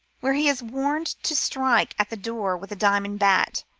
where he is warned to strike at the door with a diamond bat.